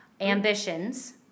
Ambitions